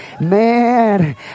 man